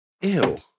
Ew